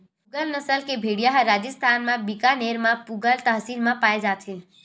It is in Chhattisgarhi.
पूगल नसल के भेड़िया ह राजिस्थान म बीकानेर म पुगल तहसील म पाए जाथे